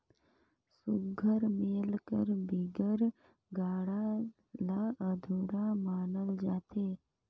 सुग्घर मेल कर बिगर गाड़ा ल अधुरा मानल जाथे